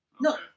No